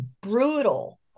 brutal